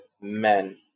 men